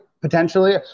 potentially